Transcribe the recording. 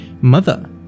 mother